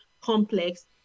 complex